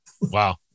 Wow